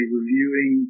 reviewing